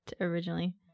originally